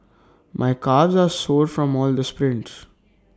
my calves are sore from all the sprints